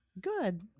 Good